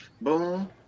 Boom